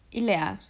இல்லையா:illaiya